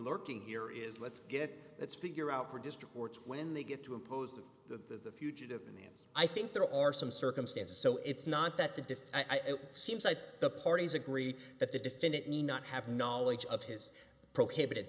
lurking here is let's get let's figure out for district courts when they get to impose the fugitive in the end i think there are some circumstances so it's not that the diff seems like the parties agree that the defendant may not have knowledge of his prohibited